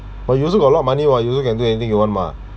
but you also got a lot of money [what] you also can do anything you want mah